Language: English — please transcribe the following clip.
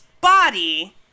body